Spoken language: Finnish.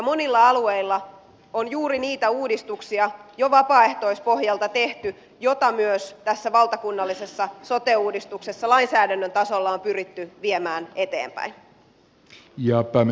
monilla alueilla on juuri niitä uudistuksia jo vapaaehtoispohjalta tehty joita myös tässä valtakunnallisessa sote uudistuksessa lainsäädännön tasolla on pyritty viemään eteenpäin